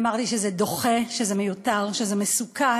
נאמר לי שזה דוחה, שזה מיותר, שזה מסוכן.